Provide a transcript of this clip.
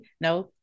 No